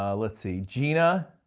um let's see, gina,